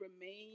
remain